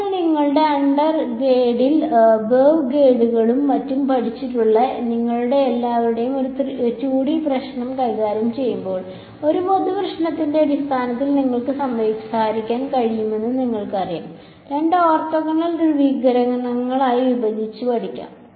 ഇപ്പോൾ നിങ്ങളുടെ അണ്ടർഗ്രേഡിൽ വേവ് ഗൈഡുകളും മറ്റും പഠിച്ചിട്ടുള്ള നിങ്ങളെല്ലാവരും ഒരു 2D പ്രശ്നം കൈകാര്യം ചെയ്യുമ്പോൾ ഒരു പൊതു പ്രശ്നത്തിന്റെ അടിസ്ഥാനത്തിൽ ഞങ്ങൾക്ക് സംസാരിക്കാൻ കഴിയുമെന്ന് നിങ്ങൾക്കറിയാം രണ്ട് ഓർത്തോഗണൽ ധ്രുവീകരണങ്ങളായി വിഭജിച്ച് പഠിക്കാം